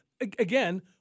Again